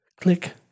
click